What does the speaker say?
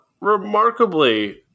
remarkably